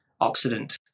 oxidant